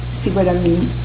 see what i mean?